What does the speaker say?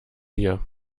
hier